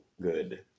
good